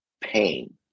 pain